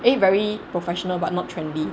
eh very professional but not trendy